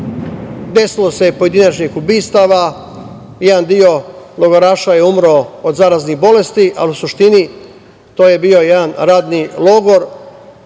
desilo se pojedinačnih ubistava, jedan deo logoraša je umro od zaraznih bolesti, ali u suštini to je bio jedan radni logor